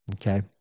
Okay